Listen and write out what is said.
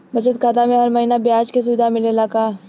बचत खाता में हर महिना ब्याज के सुविधा मिलेला का?